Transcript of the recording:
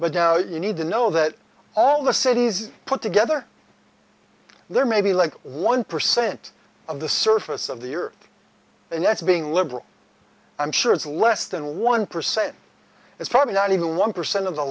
but you need to know that all the cities put together there maybe like one percent of the surface of the earth and that's being liberal i'm sure it's less than one percent it's probably not even one percent of the